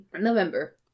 November